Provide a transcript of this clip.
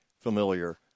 familiar